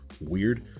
weird